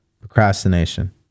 procrastination